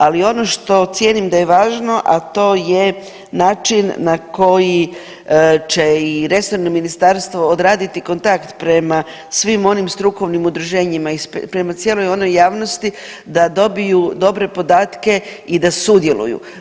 Ali ono što cijenim da je važno, a to je način na koji će i resorno ministarstvo odraditi kontakt prema svim onim strukovnim udruženjima i prema cijeloj onoj javnosti da dobiju dobre podatke i da sudjeluju.